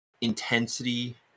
intensity